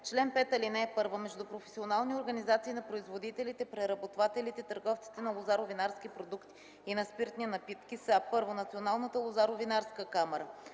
чл. 5: „Чл. 5. (1) Междупрофесионални организации на производителите, преработвателите, търговците на лозаро-винарски продукти и на спиртни напитки са: 1. Националната лозаро-винарска камара